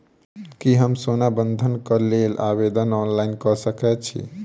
की हम सोना बंधन कऽ लेल आवेदन ऑनलाइन कऽ सकै छी?